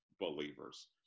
believers